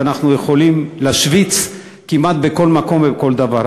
ואנחנו יכולים להשוויץ כמעט בכל מקום ובכל דבר.